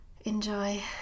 enjoy